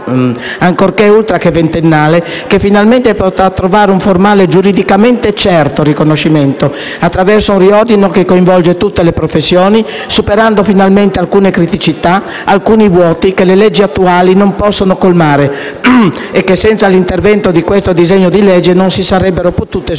ancorché ultra ventennale, che finalmente potrà trovare un formale e giuridicamente certo riconoscimento attraverso un riordino che coinvolge tutte le professioni sanitarie superando finalmente alcune criticità, alcuni vuoti, che le leggi attuali non possono colmare e che, senza l'intervento di questo disegno di legge, non si sarebbero potute superare.